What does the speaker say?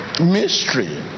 Mystery